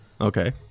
Okay